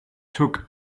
took